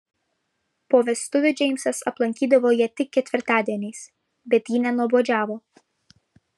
po vestuvių džeimsas aplankydavo ją tik ketvirtadieniais bet ji nenuobodžiavo